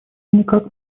никак